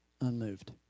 unmoved